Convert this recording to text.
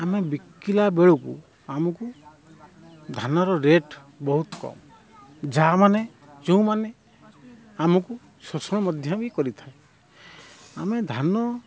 ଆମେ ବିକିଲା ବେଳକୁ ଆମକୁ ଧାନର ରେଟ୍ ବହୁତ କମ୍ ଯାହାମାନେ ଯେଉଁମାନେ ଆମକୁ ଶୋଷଣ ମଧ୍ୟ ବି କରିଥାଏ ଆମେ ଧାନ